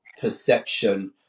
perception